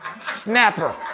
snapper